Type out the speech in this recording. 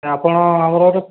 ଆପଣ ଆମର